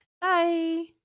Bye